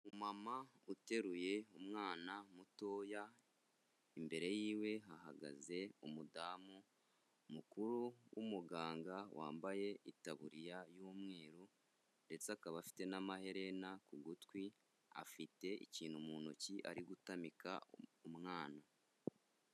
Umumama uteruye umwana mutoya imbere yiwe hagaze umudamu mukuru w'umuganga wambaye itaburiya y'umweru ndetse akaba afite n'amaherena ku gutwi, afite ikintu mu ntoki ari gutamika umwana.